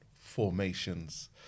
formations